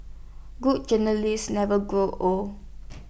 good journalist never grows old